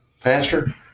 Pastor